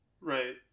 Right